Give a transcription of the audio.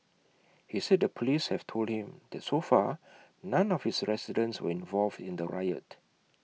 he said the Police have told him that so far none of his residents were involved in the riot